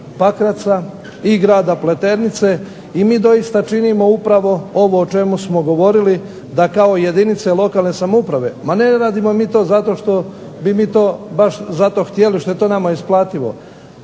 Pakraca, i grada Pleternice, i mi doista činimo upravo ovo o čemu smo govorili da kao jedinice lokalne samouprave, ma ne radimo mi to zato što bi mi to baš zato htjeli, što je to nama isplativo,